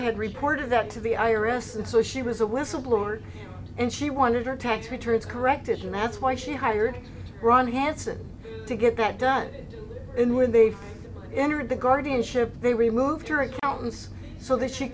to report that to the i r s and so she was a whistleblower and she wanted her tax returns corrected and that's why she hired ron hansen to get that done and when they entered the guardianship they removed her accountants so that she